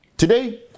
Today